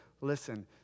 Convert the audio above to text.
Listen